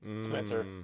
Spencer